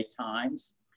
Times